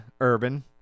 Urban